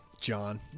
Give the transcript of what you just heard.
John